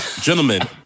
gentlemen